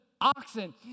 oxen